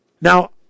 Now